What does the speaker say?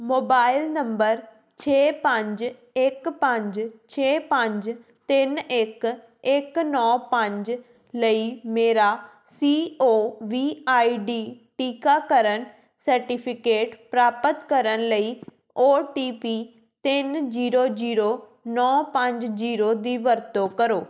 mobile number ਛੇ ਪੰਜ ਇੱਕ ਪੰਜ ਛੇ ਪੰਜ ਤਿੰਨ ਇੱਕ ਇੱਕ ਨੌਂ ਪੰਜ ਲਈ ਮੇਰਾ C O V I D ਟੀਕਾਕਰਨ ਸਰਟੀਫਿਕੇਟ ਪ੍ਰਾਪਤ ਕਰਨ ਲਈ ਓ ਟੀ ਪੀ ਤਿੰਨ ਜੀਰੋ ਜੀਰੋ ਨੌਂ ਪੰਜ ਜੀਰੋ ਦੀ ਵਰਤੋਂ ਕਰੋ